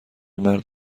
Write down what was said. مرد